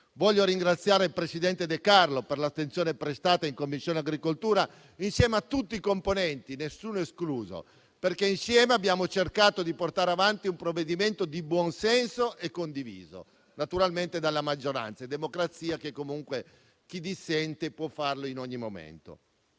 provvedimento, il presidente De Carlo per l'attenzione prestata in Commissione agricoltura insieme a tutti i componenti, nessuno escluso. Tutti insieme abbiamo cercato di portare avanti un provvedimento di buon senso, condiviso naturalmente dalla maggioranza. In democrazia chi dissente può comunque farlo in ogni momento.